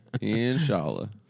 Inshallah